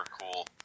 cool